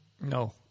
No